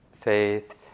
faith